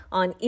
on